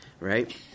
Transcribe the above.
right